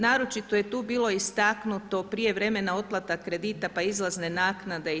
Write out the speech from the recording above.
Naročito je tu bilo istaknuto prijevremena otplata kredita, pa izlazne naknade i to.